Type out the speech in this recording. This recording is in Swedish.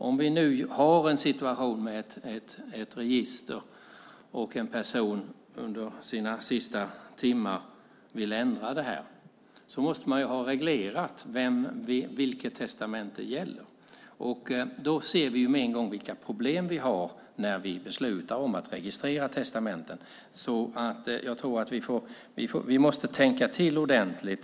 Om vi har en situation med ett register och en person som under sina sista timmar vill ändra sitt testamente måste man ha reglerat vilket testamente som gäller. Vi ser då med en gång vilka problem som finns när vi beslutar om att registrera testamenten. Vi måste därför tänka till ordentligt.